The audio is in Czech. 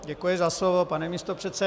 Děkuji za slovo, pane místopředsedo.